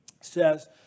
says